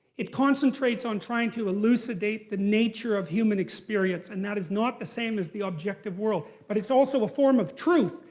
it concentrates on trying to elucidate the nature of human experience, and that is not the same as the objective world. but it's also a form of truth,